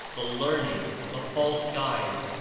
the learned, the false guides,